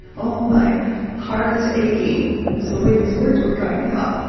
oh, my heart is aching is the way these words were coming out